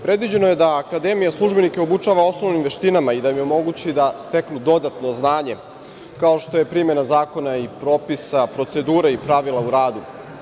Predviđeno je da akademija službenika obučava osnovnim veštinama i da omogući da steknu dodatno znanje, kao što je primena zakona i propisa procedure i pravila u radu.